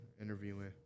interviewing